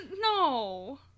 No